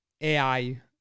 AI